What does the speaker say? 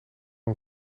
een